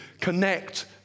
connect